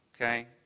Okay